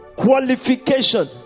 qualification